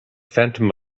phantom